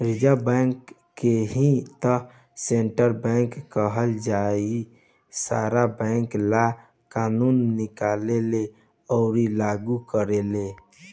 reserve bank के ही त सेन्ट्रल बैंक कहाला इहे सारा बैंक ला कानून निकालेले अउर लागू करेले